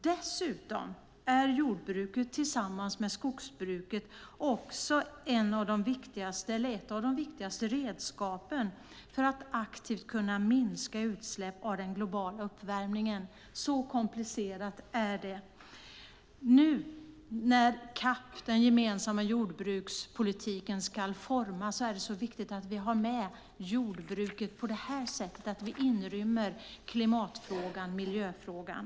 Dessutom är jordbruket tillsammans med skogsbruket ett av de viktigaste redskapen för att aktivt kunna minska utsläppen och den globala uppvärmningen. Så komplicerat är det. Nu när CAP, den gemensamma jordbrukspolitiken, ska formas är det viktigt att vi har med jordbruket på det här sättet, att vi inrymmer klimatfrågan, miljöfrågan.